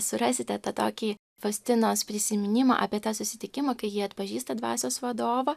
surasite tą tokį faustinos prisiminimą apie tą susitikimą kai ji atpažįsta dvasios vadovą